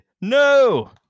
No